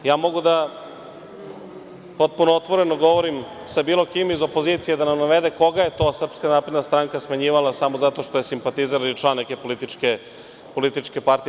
Mogu da potpuno otvoreno govorim sa bilo kim iz opozicije da nam navede koga je to Srpska napredna stranka smenjivala samo zato što je simpatizer ili član neke političke partije.